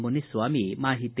ಮುನಿಸ್ವಾಮಿ ಮಾಹಿತಿ